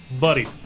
Buddy